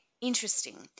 Interesting